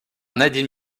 nadine